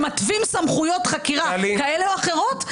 שמתווים סמכויות חקירה כאלה או אחרות,